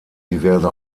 diverse